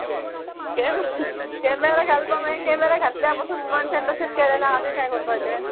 केमे camera घालपा मागीर camera घातल्या पासून मनशान तशेंत केलें जाल्या मागी आमी कांय करपाचें